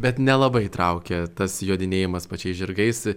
bet nelabai traukia tas jodinėjimas pačiais žirgais